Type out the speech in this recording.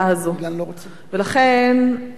לכן לעניות דעתי,